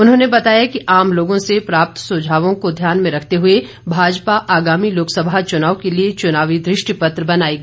उन्होंने बताया कि आम लोगों से प्राप्त सुझावों को ध्यान में रखते हुए भाजपा आगामी लोकसभा चुनाव के लिए चुनावी दृष्टि पत्र बनाएगी